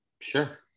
Sure